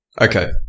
Okay